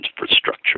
infrastructure